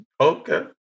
Okay